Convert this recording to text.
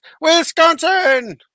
Wisconsin